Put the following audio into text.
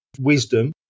wisdom